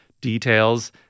details